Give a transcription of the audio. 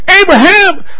Abraham